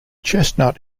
chestnut